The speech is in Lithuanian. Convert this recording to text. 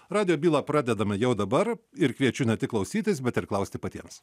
radijo bylą pradedame jau dabar ir kviečiu ne tik klausytis bet ir klausti patiems